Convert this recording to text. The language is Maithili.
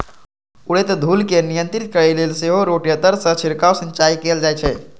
उड़ैत धूल कें नियंत्रित करै लेल सेहो रोटेटर सं छिड़काव सिंचाइ कैल जाइ छै